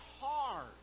hard